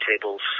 Tables